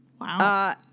Wow